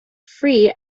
free